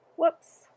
Whoops